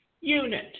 unit